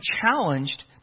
challenged